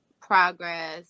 progress